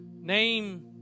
Name